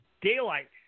daylight